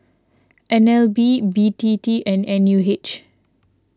N L B B T T and N U H